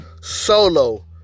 solo